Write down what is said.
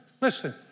listen